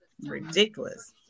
Ridiculous